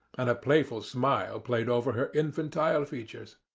and a playful smile played over her infantile features.